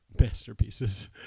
masterpieces